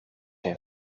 een